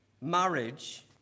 marriage